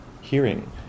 hearing